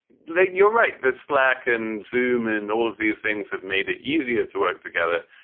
like you're right. that slack and zoom and all of these things have made it easier to work together.